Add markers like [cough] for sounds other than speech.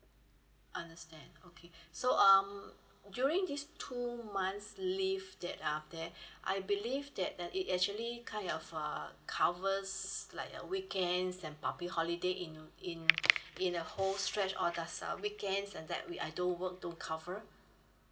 understand okay [breath] so um during these two months leave that out there [breath] I believe that that it actually kind of uh covers like uh weekends and public holiday in a in [breath] in a whole stretch or just a weekends and the week I don't work don't cover